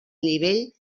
nivell